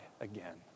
again